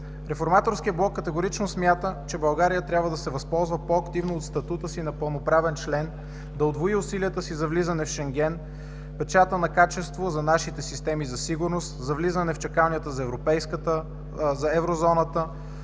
Реформаторският блок категорично смята, че България трябва да се възползва по-активно от статута си на пълноправен член да удвои усилията си за влизане в Шенген – печата на качество за нашите системи за сигурност, за влизане в чакалнята за Еврозоната,